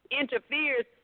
interferes